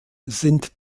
sind